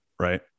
right